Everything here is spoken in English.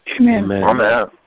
Amen